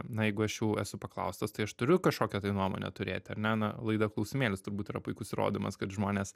na jeigu aš jau esu paklaustas tai aš turiu kažkokią tai nuomonę turėti ar ne na laida klausimėlis turbūt yra puikus įrodymas kad žmonės